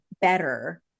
better